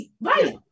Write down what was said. right